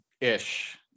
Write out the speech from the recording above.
ish